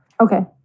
Okay